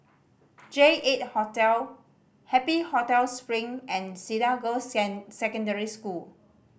J Eight Hotel Happy Hotel Spring and Cedar Girls' Secondary School